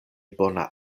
bona